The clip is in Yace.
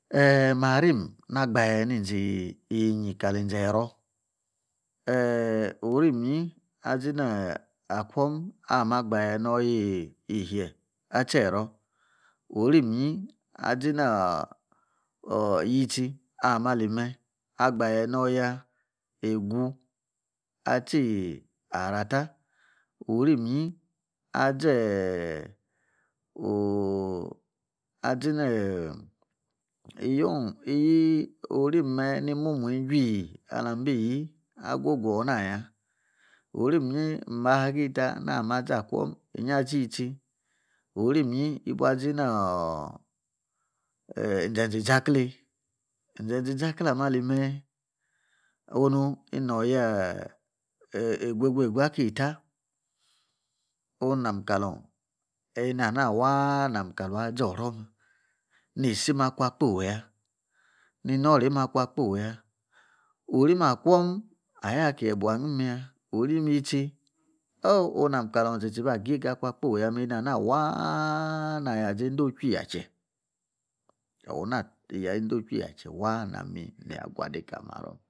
Eeh! marim agbaje ni ze enyi kali nzero eeh orim inyi azina akwum ameh agbaje nor oya ishie atsi ero orim inyi azi nor yitsi ama lime agbaje noroya egu atsi ara ta orim inyi azi eeh ooh azine iyioun eyi orim mme ni mumuii juii ala bi yi agogu una ya orim inyi ma agii ta azina akwum inyi ma agi ta azina akwum inyi azi itsi orim inyi ibu azi-nor oh! zenze izakle zenze izakle ameh ali meh onu ino oya eeh! egu egu egu ake eta onu am kalam eni ana waa nam akala azi-oro mme ni isim akun akpoi ya ni noroaim akun akpoi ya orim akwum ayor ki yebuo angiim ya, orim yitsi oh! unu nam-kalun tsi-tsi agiega akun akpoi ya eni ana waa na ya niedo chui yache una niedo chui waa na nu ya gwade kali maro